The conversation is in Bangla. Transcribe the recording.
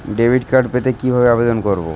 ডেবিট কার্ড পেতে কি ভাবে আবেদন করব?